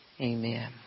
Amen